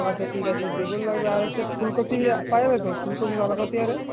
আচ্ছা ঠিক আছে বেগুন লাগবে আর হচ্ছে ফুলকপি পাওয়া যাবে তো ফুলকপি বাঁধাকপি আরে